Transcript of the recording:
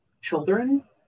children